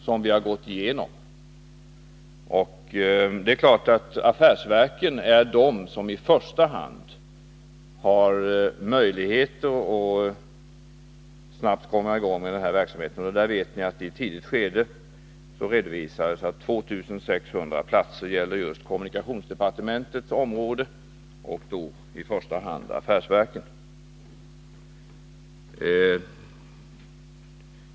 Det är klart att det i första hand är affärsverken som har möjligheter att snabbt komma i gång med den här verksamheten. Vi vet ju att det i ett tidigt skede redovisats att 2600 platser avser just kommunikationsdepartementets område, i första hand affärsverken.